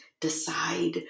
decide